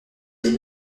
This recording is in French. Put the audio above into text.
les